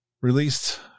released